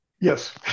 Yes